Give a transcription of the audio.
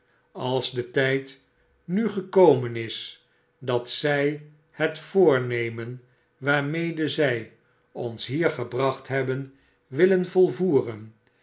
als de tijd nu gekomen is dat zij het voornemen waarmede zij ons hier gebracht hebben willen volvoeren